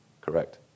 Correct